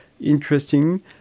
interesting